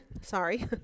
Sorry